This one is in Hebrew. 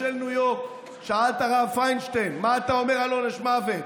מושל ניו יורק שאל את הרב פיינשטיין: מה אתה אומר על עונש מוות?